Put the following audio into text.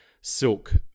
silk